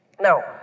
Now